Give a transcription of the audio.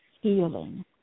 healing